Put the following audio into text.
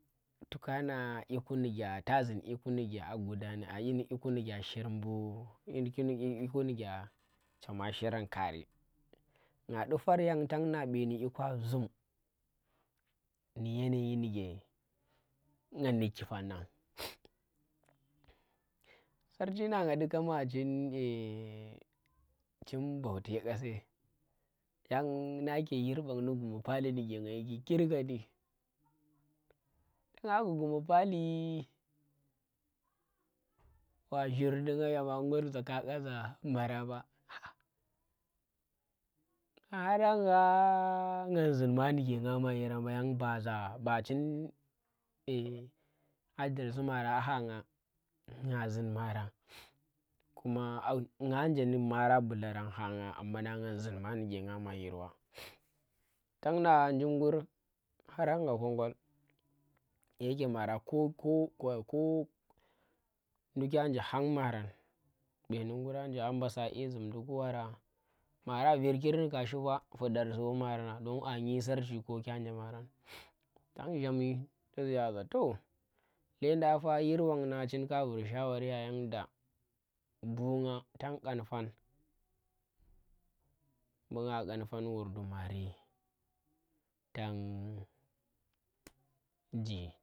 To kaa ngah ƙyiku ndike ta zin ƙyiku ndi ke a gudana aa yin ƙyiku ndike a shir mbu a ƙyiku ndike chama shirang kari nga du far yang tagna beeni ƙyikuan zum ndi yena yi ndike nga ndinki fannang sarchi nang nga dukya ma chin baute kase, yang nang ke yir bang ndu guma pali ndike nga yiki yir kirkandi nga ba nu guma palee wa zhur ndi nga yama ngur za zaka ƙa za marama aa nga harang gha ngan zun manuke nga ma yir ɓa yang baza ba chin, yang ba za, ba chin address bu mara a hanga nga zun marang, kuma nga nje nu maran bularang ha nga ammana ngan zun manike ngama yira wa tang na jim ngur harang gha kongul, dayeke mara ko ko ko kwa ko ndukkya nje khang maran beeni ndukya masa dye zumdi ku wara, mara virki nu ka shi ba, fudar si wamari mari ngang don adyi sarchi ko kyanje marang. Tang zhami tu ziya za toh llendang fa yir wang na chinka ka vur shawari ya yenda bu nga tan kan fan, mbu nga kan fan wur domari, tangji